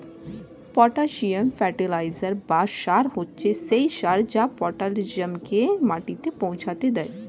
potassium fertiliser বা সার হচ্ছে সেই সার যা পটাসিয়ামকে মাটিতে পৌঁছাতে দেয়